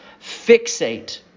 fixate